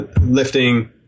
lifting